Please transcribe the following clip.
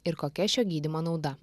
ir kokia šio gydymo nauda